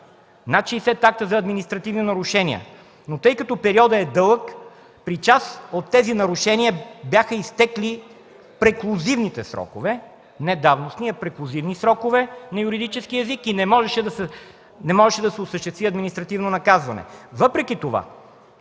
над 60 акта за административни нарушения, но тъй като при част от тези нарушения периодът е дълъг, бяха изтекли преклузивните срокове, не давностни, а преклузивни срокове – на юридически език, не можеше да се осъществи административно наказване. Въпреки това